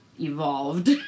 evolved